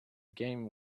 game